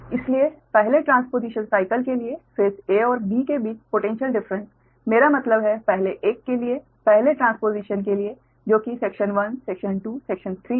इसलिए पहले transposition cycle के लिए फेस a और b के बीच पोटैन्श्यल डिफ़्रेंस मेरा मतलब है पहले एक के लिए पहले ट्रांसपोजिशन के लिए जो कि सेक्शन 1 सेक्शन 2 सेक्शन 3 है